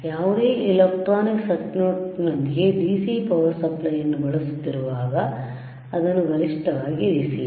ಯಾವುದೇ ಎಲೆಕ್ಟ್ರಾನಿಕ್ ಸರ್ಕ್ಯೂಟ್ನೊಂದಿಗೆ DC power supply ನ್ನು ಬಳಸುತ್ತಿರುವಾಗಅದನ್ನು ಗರಿಷ್ಠವಾಗಿ ಇರಿಸಿ